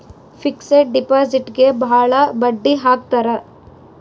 fixed ಡಿಪಾಸಿಟ್ಗೆ ಭಾಳ ಬಡ್ಡಿ ಹಾಕ್ತರ